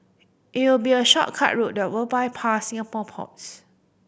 it will be a shortcut route that will bypass Singapore ports